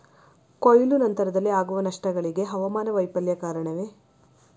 ಕೊಯ್ಲು ನಂತರದಲ್ಲಿ ಆಗುವ ನಷ್ಟಗಳಿಗೆ ಹವಾಮಾನ ವೈಫಲ್ಯ ಕಾರಣವೇ?